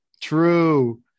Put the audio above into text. True